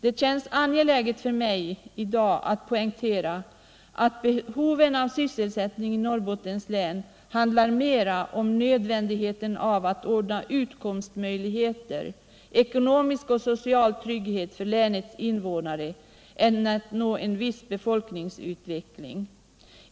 Det känns i dag angeläget för mig att poängtera att behovet av sysselsättning i Norrbottens län handlar mer om nödvändigheten av utkomstmöjligheter, ekonomisk och social trygghet för länets invånare, än att nå en viss befolkningsutveckling.